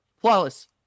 flawless